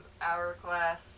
Hourglass